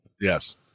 Yes